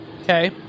Okay